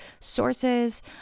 sources